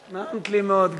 אחריו, חבר הכנסת טלב אלסאנע.